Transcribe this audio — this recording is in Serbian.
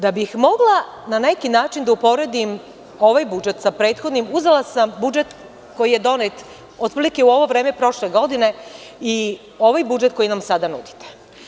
Da bih mogla na neki način da uporedim ovaj budžet sa prethodnim, uzela sam budžet koji je donet prošle godine i ovaj budžet koji nam sada nudite.